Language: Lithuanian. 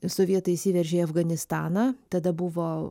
sovietai įsiveržė į afganistaną tada buvo